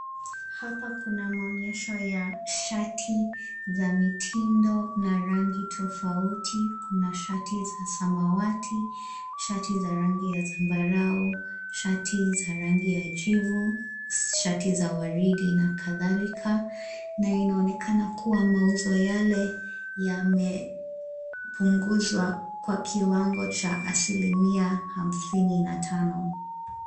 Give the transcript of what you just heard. Hapa kuna maonyesho ya shati, za mitindo na rangi tofauti. Kuna shati za samawati, shati za rangi ya zambarau, shati za rangi ya jivu, shati za waridi na kadhalika. Na inaonekana kuwa mauzo yale, yame, punguzwa, kwa kiwango cha asilimia hamsini na tano.